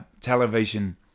television